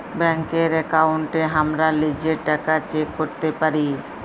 ব্যাংকের একাউন্টে হামরা লিজের টাকা চেক ক্যরতে পারি